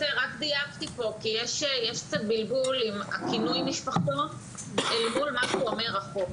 יש פה בלבול עם הכינוי משפחתון אל מול מה שאומר החוק.